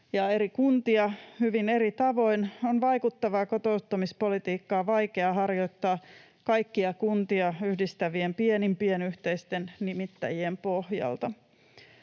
eri kuntia hyvin eri tavoin, on vaikuttavaa kotouttamispolitiikkaa vaikea harjoittaa kaikkia kuntia yhdistävien pienimpien yhteisten nimittäjien pohjalta.